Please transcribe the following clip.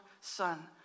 Son